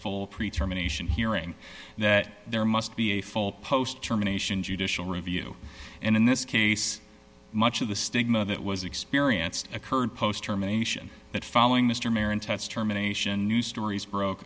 full pre term anation hearing that there must be a full post germination judicial review and in this case much of the stigma that was experienced occurred post germination that following mr marron test germination news stories broke